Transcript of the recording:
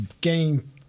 game